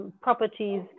properties